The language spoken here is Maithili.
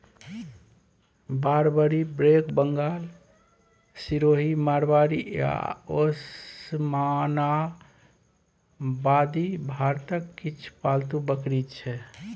बारबरी, ब्लैक बंगाल, सिरोही, मारवाड़ी आ ओसमानाबादी भारतक किछ पालतु बकरी छै